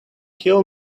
kill